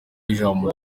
y’ijambo